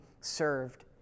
served